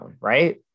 right